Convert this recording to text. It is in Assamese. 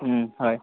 হয়